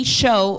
show